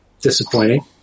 disappointing